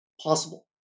possible